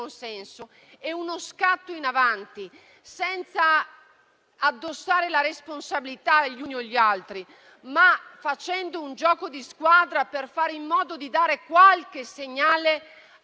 buon senso, è uno scatto in avanti, senza addossare la responsabilità agli uni o agli altri, ma facendo un gioco di squadra, per dare qualche segnale